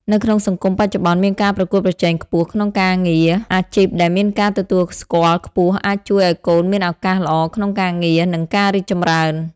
នៅក្នុងសង្គមបច្ចប្បន្នមានការប្រកួតប្រជែងខ្ពស់ក្នុងការងារ អាជីពដែលមានការទទួលស្គាល់ខ្ពស់អាចជួយឲ្យកូនមានឱកាសល្អក្នុងការងារ និងការរីកចម្រើន។